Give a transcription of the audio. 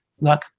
look